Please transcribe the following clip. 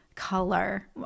color